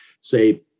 say